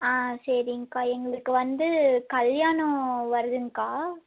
ஆ சரிங்க அக்கா எங்களுக்கு வந்து கல்யாணம் வருத்துங்கக்கா